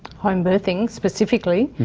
home birthing specifically?